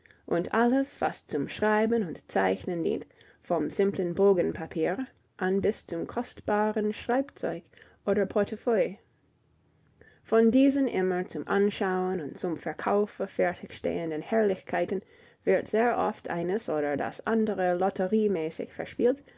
und alles was zum schreiben und zeichnen dient vom simplen bogen papier an bis zum kostbarsten schreibzeug oder portefeuille von diesen immer zum anschauen und zum verkaufe fertig stehenden herrlichkeiten wird sehr oft eines oder das andere lotteriemäßig verspielt